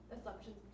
assumptions